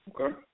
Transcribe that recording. Okay